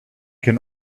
can